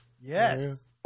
Yes